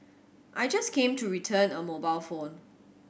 I just came to return a mobile phone